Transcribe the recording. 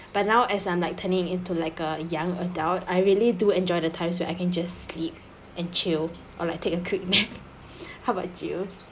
but now as I'm like turning into like a young adult I really do enjoy the times where I can just sleep and chill or like take a quick nap how about you